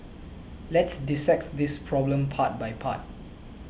let's dissect this problem part by part